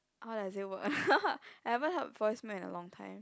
how does it work I haven't heard voice mail at a long time